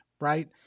Right